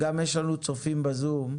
גם יש לנו צופים בזום,